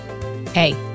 Hey